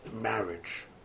marriage